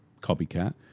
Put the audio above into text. copycat